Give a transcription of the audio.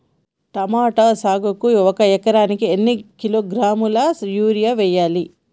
Tomato సాగుకు ఒక ఎకరానికి ఎన్ని కిలోగ్రాముల యూరియా వెయ్యాలి?